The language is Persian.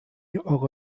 اقا